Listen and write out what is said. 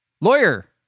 lawyer